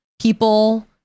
people